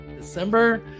December